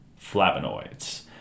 flavonoids